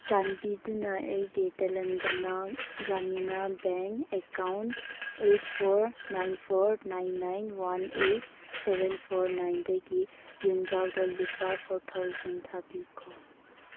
ꯆꯥꯟꯕꯤꯗꯨꯅ ꯑꯩꯒꯤ ꯇꯦꯂꯪꯒꯅꯥ ꯒ꯭ꯔꯥꯃꯤꯅꯥ bank account eight four nine four nine nine one eight seven four ꯅꯥꯏꯟꯗꯒꯤ ꯌꯨꯝꯖꯥꯎꯗ ꯂꯨꯄꯥ ꯐꯣꯔ ꯊꯥꯎꯖꯟ ꯊꯥꯕꯤꯈꯣ